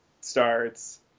Starts